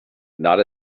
not